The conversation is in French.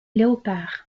léopard